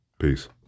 Peace